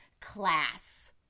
class